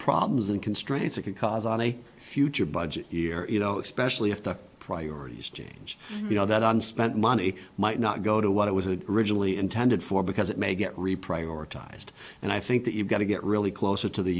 problems and constraints it can cause on a future budget you know especially if the priorities change you know that on spent money might not go to what it was a originally intended for because it may get reprivatize to and i think that you've got to get really closer to the